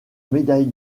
médaille